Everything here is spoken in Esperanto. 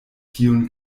tiun